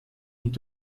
und